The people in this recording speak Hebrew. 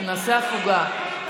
נעשה הפוגה.